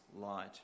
light